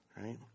right